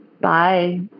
Bye